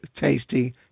tasty